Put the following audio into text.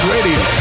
Radio